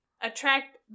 attract